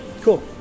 Cool